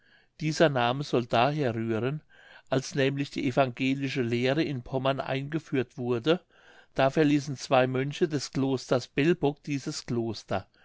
dieser name soll daher rühren als nämlich die evangelische lehre in pommern eingeführt wurde da verließen zwei mönche des klosters belbog dieses kloster